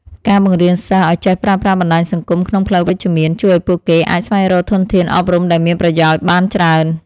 ការបង្រៀនសិស្សឱ្យចេះប្រើប្រាស់បណ្តាញសង្គមក្នុងផ្លូវវិជ្ជមាន ជួយឱ្យពួកគេអាចស្វែងរកធនធានអប់រំដែលមានប្រយោជន៍បានច្រើន។